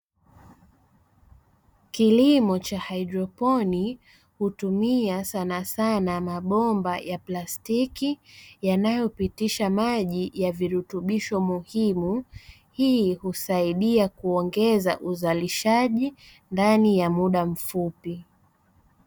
Kilimo cha haidroponi hutumia sanasana mabomba ya plastiki, yanayopitisha maji ya virutubisho muhimu, hii husaidia kuongeza uzalishaji ndani ya muda mfupi.